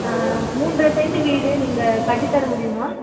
மூன்றரை சென்டு வீடு நீங்கள் கட்டித்தர முடியுமா